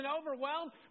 overwhelmed